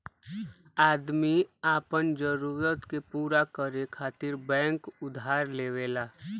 आदमी आपन जरूरत के पूरा करे खातिर बैंक उधार लेवला